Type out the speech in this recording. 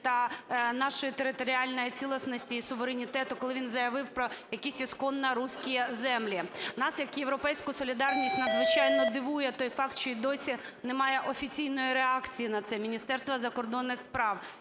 та нашої територіальної цілісності і суверенітет, коли він заявив про якісь "исконно русские земли". Нас як "Європейську солідарність" надзвичайно дивує той факт, що й досі немає офіційної реакції на це Міністерства закордонних справ.